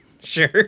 Sure